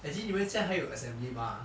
as in 你们现在还有 assembly mah